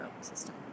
system